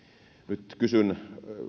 nyt kysyn